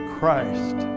Christ